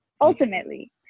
ultimately